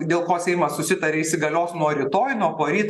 dėl ko seimas susitarė įsigalios nuo rytoj nuo poryt